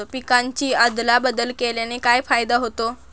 पिकांची अदला बदल केल्याने काय फायदा होतो?